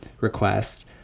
request